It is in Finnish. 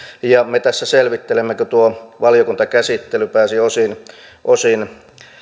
ja me tässä kun tuo valiokuntakäsittely pääsi osin osin